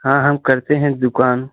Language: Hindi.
हाँ हम करते हैं दुकान